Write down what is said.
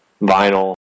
Vinyl